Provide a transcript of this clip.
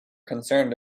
concerned